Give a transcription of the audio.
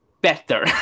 better